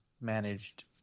managed